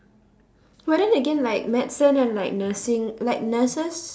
but then again like medicine and like nursing like nurses